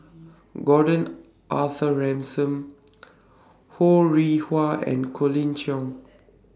Gordon Arthur Ransome Ho Rih Hwa and Colin Cheong